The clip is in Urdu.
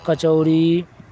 کچوری